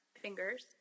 fingers